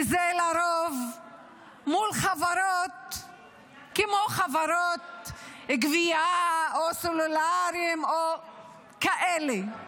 וזה לרוב מול חברות כמו חברות גבייה או סלולרי או כאלה.